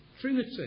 Trinity